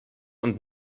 und